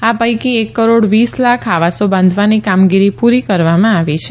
આ પૈકી એક કરોડ વીસ લાખ આવાસો બાંધવાની કામગીરી પુરી કરવામાં આવી છે